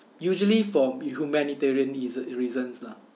usually for humanitarian reaso~ reasons lah